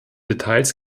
details